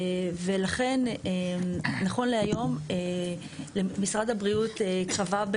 ולכן נכון להיום משרד הבריאות קבע,